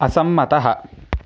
असम्मतः